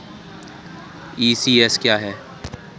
ECS क्या है?